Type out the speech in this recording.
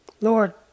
Lord